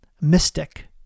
mystic